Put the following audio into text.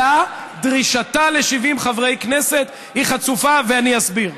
אלא דרישתה ל-70 חברי כנסת היא חצופה, ואני אסביר.